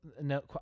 no